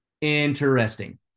Interesting